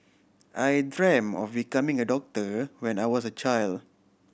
I dreamt of becoming a doctor when I was a child